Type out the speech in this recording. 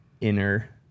Inner